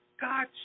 God